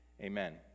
amen